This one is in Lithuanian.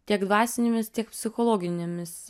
tiek dvasinėmis tiek psichologinėmis